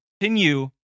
continue